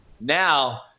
now